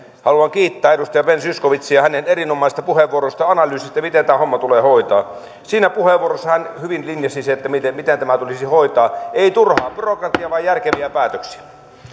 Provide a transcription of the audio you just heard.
haluan kiittää edustaja ben zyskowiczia erinomaisesta puheenvuorostaan ja analyysistään miten tämä homma tulee hoitaa siinä puheenvuorossa hän hyvin linjasi sen miten tämä tulisi hoitaa ei turhaa byrokratiaa vaan järkeviä päätöksiä